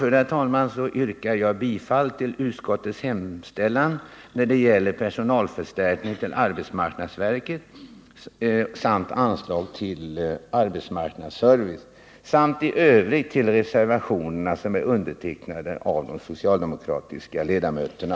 Med det anförda yrkar jag bifall till utskottets hemställan när det gäller personalförstärkning till arbetsmarknadsverket samt anslag till arbetsmarknadsservice och i övrigt till reservationerna som är undertecknade av de socialdemokratiska ledamöterna.